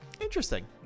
Interesting